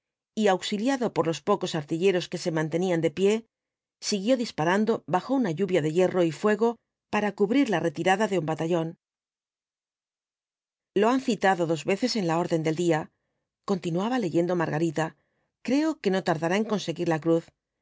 y auxiliado por los pocos artilleros que se mantenían de pie siguió disparando bajo una lluvia de hierro y fuego para cubrir la retirada de un batallón lo han citado dos veces en la orden del día continuaba leyendo margarita creo que no tardará en conseguir la cruz